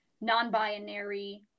non-binary